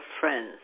friends